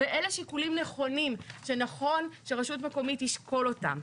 ואלה שיקולים נכונים שנכון שרשות מקומית תשקול אותם.